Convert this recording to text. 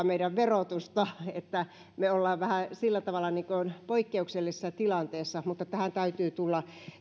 meidän verotustamme me olemme vähän sillä tavalla niin kuin poikkeuksellisessa tilanteessa mutta tähän täytyy tulla